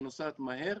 והיא נוסעת מהר,